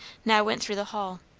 now went through the hall.